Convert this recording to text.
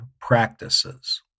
practices